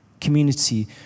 community